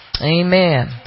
Amen